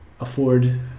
afford